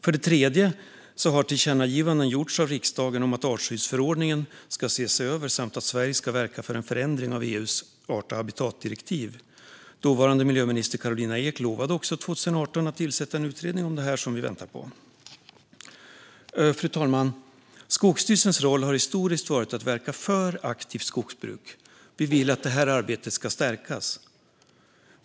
För det tredje har tillkännagivanden gjorts av riksdagen om att artskyddsförordningen ska ses över samt att Sverige ska verka för en förändring av EU:s art och habitatdirektiv. Dåvarande miljöminister Karolina Skog lovade också 2018 att tillsätta en utredning om detta, och den väntar vi på. Fru talman! Skogsstyrelsens roll har historiskt varit att verka för aktivt skogsbruk. Vi vill att detta arbete ska stärkas.